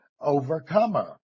overcomer